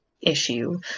issue